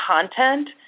content